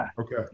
Okay